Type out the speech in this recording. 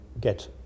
get